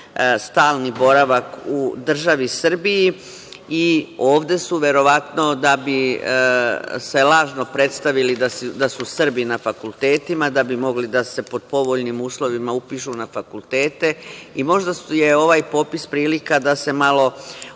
stalni boravak u državi Srbiji i ovde su verovatno da bi se lažno predstavili da su Srbi na fakultetima, da bi mogli da se pod povoljnim uslovima upišu na fakultete. Možda je ovaj popis prilika da se malo